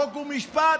חוק ומשפט.